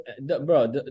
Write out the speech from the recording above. bro